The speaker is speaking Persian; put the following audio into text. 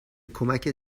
کمکت